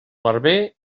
barber